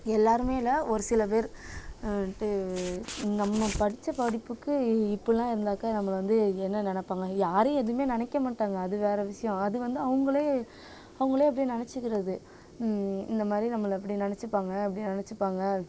எல்லோருமே இல்லை ஒரு சில பேர் நம்ம படித்த படிப்புக்கு இப்புடில்லாம் இருந்தாக்க நம்மளை வந்து என்ன நினப்பாங்க யாரும் எதுவுமே நினைக்க மாட்டாங்க அது வேறு விஸ்யம் அது வந்து அவங்களே அவங்களே அப்டி நினைச்சிக்குறது இந்தமாதிரி நம்மளை இப்படி நினைச்சிப்பாங்க அப்படி நினைச்சிப்பாங்க